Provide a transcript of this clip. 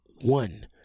one